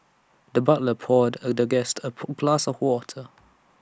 the butler poured A the guest A of water